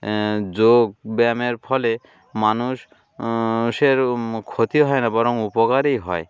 যোগব্যায়ামের ফলে মানুষষের ক্ষতি হয় না বরং উপকারেই হয়